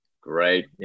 Great